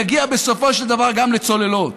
יגיע בסופו של דבר גם לצוללות